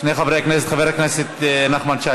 שני חברי הכנסת חבר הכנסת נחמן שי,